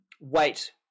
weight